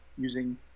using